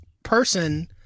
person